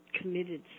committed